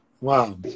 Wow